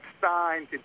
signed